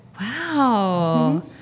Wow